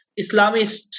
Islamists